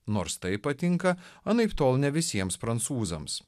nors tai patinka anaiptol ne visiems prancūzams